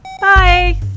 bye